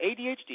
adhd